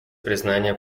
признания